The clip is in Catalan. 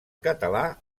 català